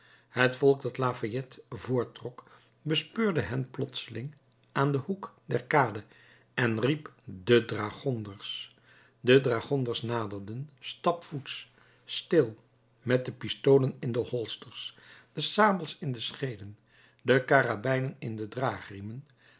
het volk dat lafayette voorttrok bespeurde hen plotseling aan den hoek der kade en riep de dragonders de dragonders naderden stapvoets stil met de pistolen in de holsters de sabels in de scheeden de karabijnen in de